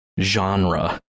genre